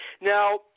Now